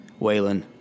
Waylon